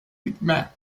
pigments